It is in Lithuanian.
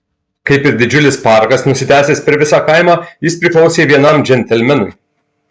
kaip ir didžiulis parkas nusitęsęs per visą kaimą jis priklausė vienam džentelmenui